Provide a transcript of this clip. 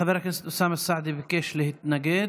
חבר הכנסת אוסאמה סעדי ביקש להתנגד.